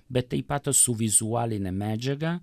bet taip pat su vizualine medžiaga